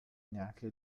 neanche